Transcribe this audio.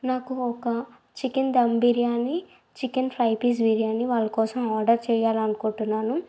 నాకు ఒక chicken dum biryani chicken fry piece biryani వాళ్ళ కోసం ఆర్డర్ చేయాలని అనుకుంటున్నాను